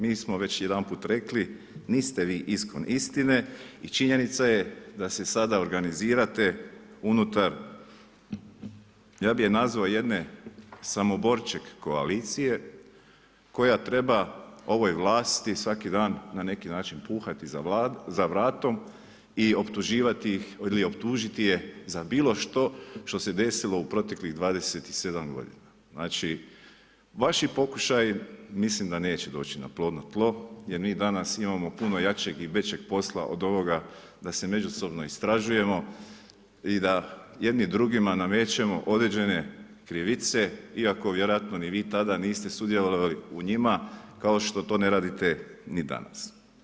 Mi smo već jedanput rekli, nismo vi iskon istine i činjenica je da se sada organizirate, unutar, ja bi je nazvao jedne Samoborček koalicije, koja treba ovoj vlasti, svaki dan, na neki način kuhati za vratom i optužiti je za bilo što što se desilo u proteklih 27 g. Znači, vaši pokušaju, mislim da neće doći na plodno tlo, jer mi danas imamo puno jačeg i većeg posla, od ovoga da se međusobno istražujemo i da jedni drugi, namećemo određene krivice, iako vjerojatno ni vi tada niste sudjelovali u njima, kao što to ne radite ni danas.